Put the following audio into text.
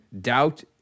doubt